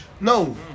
No